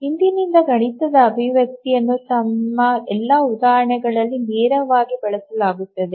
ಇಂದಿನಿಂದ ಗಣಿತದ ಅಭಿವ್ಯಕ್ತಿಯನ್ನು ನಮ್ಮ ಎಲ್ಲಾ ಉದಾಹರಣೆಗಳಲ್ಲಿ ನೇರವಾಗಿ ಬಳಸಲಾಗುತ್ತದೆ